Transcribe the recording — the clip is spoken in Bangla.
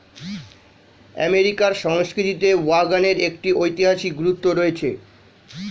আমেরিকার সংস্কৃতিতে ওয়াগনের একটি ঐতিহাসিক গুরুত্ব রয়েছে